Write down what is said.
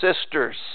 sisters